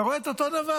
ואתה רואה את אותו דבר.